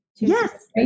yes